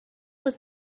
was